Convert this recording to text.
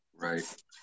Right